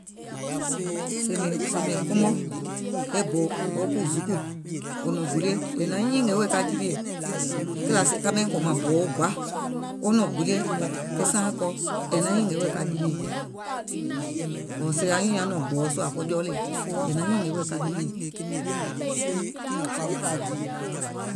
Sèè mìŋ sèè mìŋ komo e bò kùzukù wò nɔ̀ŋ gulie, è naŋ nyìngè wèè ka jiwiè. Kìlà sèè ka ɓèìŋ kòmȧŋ e bò wo gɔa, wo nɔ̀ŋ gulie ke saaȧŋ kɔɔ, è naŋ nyìngè wèè ka jiwiè, ɔ̀ɔ̀ sèè anyùùŋ nyaŋ aŋ nɔ̀ɔ̀ŋ gbɔ̀ɔ̀ sùà ko jɔɔlèe, è naŋ nyìngè wèè ka jiwiè. So